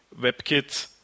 WebKit